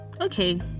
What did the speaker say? Okay